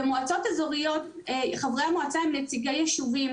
במועצות אזוריות חברי המועצה הם נציגי ישובים,